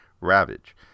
Ravage